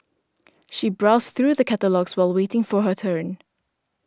she browsed through the catalogues while waiting for her turn